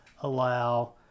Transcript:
allow